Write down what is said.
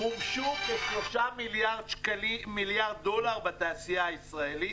מומשו כ-3 מיליארד דולר בתעשייה הישראלית,